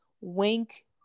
wink